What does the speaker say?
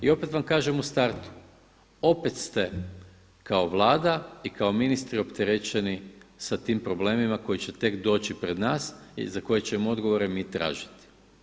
I opet vam kažem u startu, opet ste ako Vlada i kao ministri opterećeni sa tim problemima koji će tek doći pred nas i za koje ćemo odgovore mi tražiti.